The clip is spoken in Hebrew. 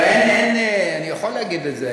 לא, אין, אני יכול להגיד את זה.